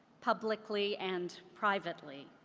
publically and privately,